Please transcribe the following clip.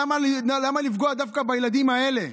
למה לפגוע דווקא בילדים האלה?